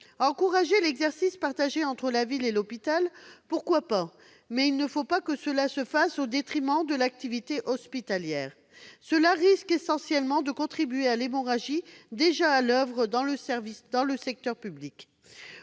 Encourager l'exercice partagé entre la ville et l'hôpital, pourquoi pas ? Mais il ne faut pas que cela se fasse au détriment de l'activité hospitalière. Cela risque en fait de contribuer à l'hémorragie qui est déjà à l'oeuvre dans le secteur public.